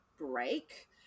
break